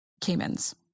Caymans